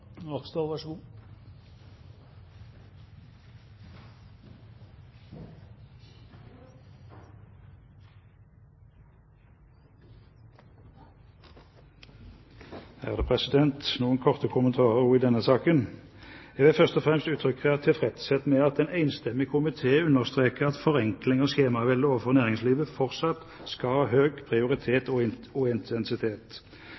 Noen korte kommentarer også i denne saken. Jeg vil først og fremst uttrykke tilfredshet med at en enstemmig komité understreker at forenkling av skjemaveldet overfor næringslivet fortsatt skal ha høy